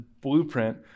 blueprint